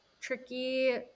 tricky